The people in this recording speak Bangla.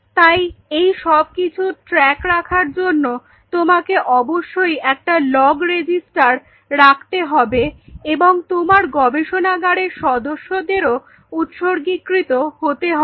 তাই এই সবকিছুর ট্র্যাক রাখবার জন্য তোমাকে অবশ্যই একটা লগ রেজিস্টার রাখতে হবে এবং তোমার গবেষণাগারের সদস্যদেরও উৎসর্গীকৃত হতে হবে